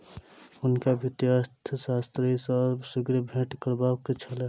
हुनका वित्तीय अर्थशास्त्री सॅ शीघ्र भेंट करबाक छल